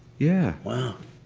yeah. wow.